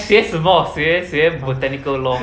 学什么学学 botanical law